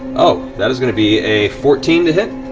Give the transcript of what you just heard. oh, that is going to be a fourteen to hit?